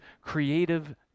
creative